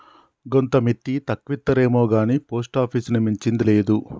గోంత మిత్తి తక్కువిత్తరేమొగాని పోస్టాపీసుని మించింది లేదు